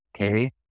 okay